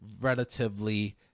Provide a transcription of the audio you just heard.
relatively